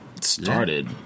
started